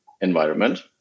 environment